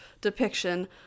depiction